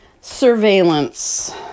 surveillance